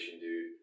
dude